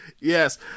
yes